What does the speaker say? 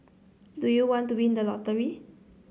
do you want to win the lottery